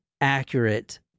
accurate